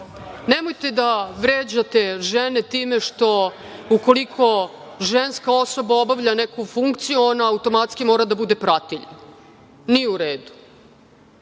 Nemojte da vređate žene time što ukoliko ženska osoba obavlja neku funkciju, ona automatski mora da bude pratilja. Nije u redu.